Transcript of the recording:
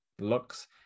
looks